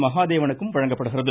மகாதேவனுக்கும் வழங்கப்படுகிறது